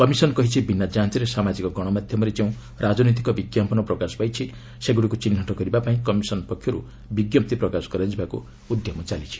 commission କହିଛି ବିନା ଯାଞ୍ଚରେ ସାମାଜିକ ଗଣମାଧ୍ୟମରେ ଯେଉଁ ରାଜନୈତିକ ବିଜ୍ଞାପନ ପ୍ରକାଶ ପାଇଛି ସେଗୁଡ଼ିକୁ ଚିହ୍ନଟ କରିବା ପାଇଁ କମିଶନ୍ ପକ୍ଷରୁ ବିଜ୍ଞପ୍ତି ପ୍ରକାଶ କରାଯିବାକୁ ଉଦ୍ୟମ ଚାଲିଛି